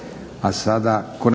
Hvala